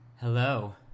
Hello